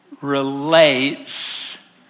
relates